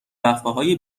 وقفههای